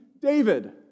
David